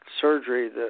surgery